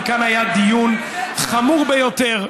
כי כאן היה דיון חמור ביותר.